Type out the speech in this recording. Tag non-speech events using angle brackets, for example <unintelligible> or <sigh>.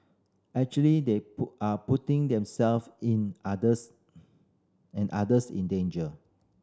actually they <unintelligible> are putting themself in others and others in danger